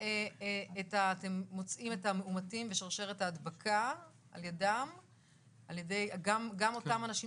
ואתם מוצאים את המאומתים ושרשרת ההדבקה על ידי גם אותם אנשים